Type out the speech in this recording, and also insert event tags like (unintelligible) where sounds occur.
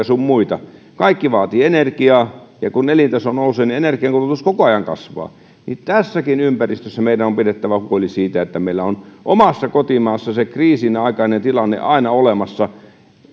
(unintelligible) sun muita kaikki vaatii energiaa ja kun elintaso nousee energiankulutus koko ajan kasvaa ja tässäkin ympäristössä meidän on pidettävä huoli siitä että meillä on omassa kotimaassa sen kriisinaikaisen tilanteen varalta aina olemassa se